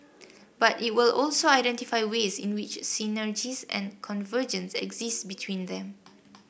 but it will also identify ways in which synergies and convergences exist between them